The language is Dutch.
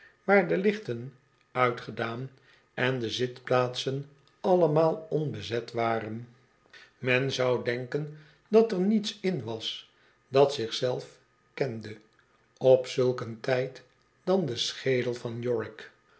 waar de lichten uitgedaan en de zitplaatsen altemaal onbezet waren men zou denken dat er niets in was dat zich zelf kende op zulk een tijd dan de schedel van yorick